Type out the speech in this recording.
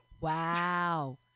Wow